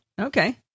Okay